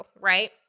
right